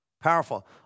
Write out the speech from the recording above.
powerful